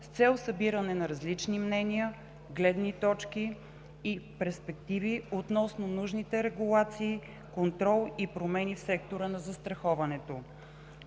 с цел събиране на различни мнения, гледни точки и перспективи относно нужните регулации, контрол и промени в сектора на застраховането.